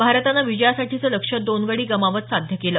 भारतानं विजयासाठीचं लक्ष्य दोन गडी गमावत साध्य केलं